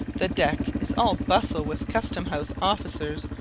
the deck is all bustle with custom-house officers,